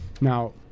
now